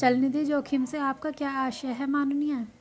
चल निधि जोखिम से आपका क्या आशय है, माननीय?